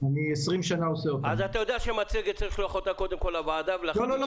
אתה יודע שמצגת צריך לשלוח קודם כל לוועדה --- לא,